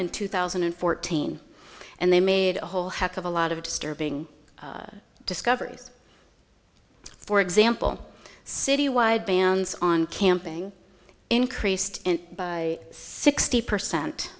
and two thousand and fourteen and they made a whole heck of a lot of disturbing discoveries for example citywide bans on camping increased by sixty percent